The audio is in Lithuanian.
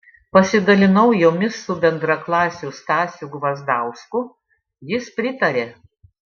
pasidalinau jomis su bendraklasiu stasiu gvazdausku jis pritarė